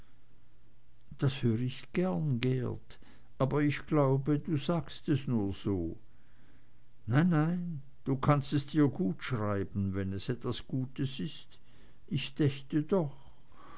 das hör ich gern geert aber ich glaube du sagst es nur so nein nein du kannst es dir gutschreiben wenn es etwas gutes ist ich dächte doch